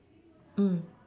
mm